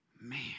Man